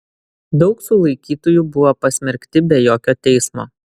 daug sulaikytųjų buvo pasmerkti be jokio teismo